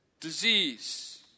Disease